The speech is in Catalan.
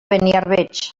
beniarbeig